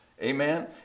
Amen